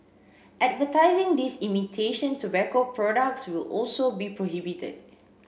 advertising these imitation tobacco products will also be prohibited